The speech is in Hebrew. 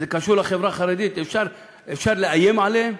זה קשור לחברה החרדית, אפשר לאיים עליהם?